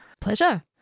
Pleasure